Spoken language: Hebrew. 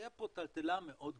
תהיה פה טלטלה מאוד גדולה.